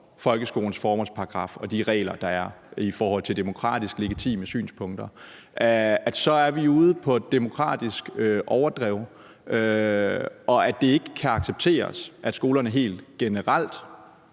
folkeskolens formålsparagraf og de regler, der er i forhold til demokratisk legitime synspunkter, så er vi ude på et demokratisk overdrev? Og er ministeren enig i, at det ikke kan accepteres, at skolerne helt generelt